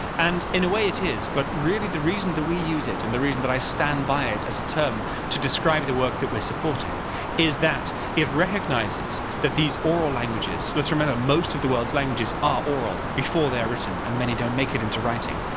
and in a way it is, but really the reason that we use it and the reason that i stand by it as a term to describe the work that we're supporting is that it recognises that these oral languages. just remember, most of the world's languages are oral before they are written and many don't make it into writing.